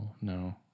no